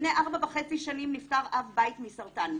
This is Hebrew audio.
לפני ארבע וחצי שנים נפטר אב בית מסרטן.